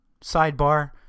sidebar